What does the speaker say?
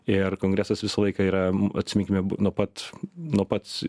ir kongresas visą laiką yra atsiminkime nuo pat nuo pat